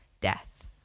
death